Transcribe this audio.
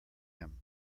him